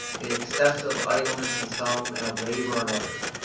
the excess of idleness in some, and of labour in others,